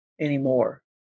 anymore